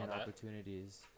opportunities